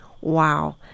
wow